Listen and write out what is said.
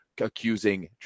accusing